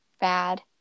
bad